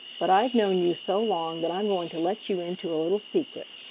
but i've known you so long that i'm going to let you into a little secret.